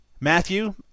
Matthew